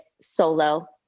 solo